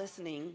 listening